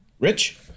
Rich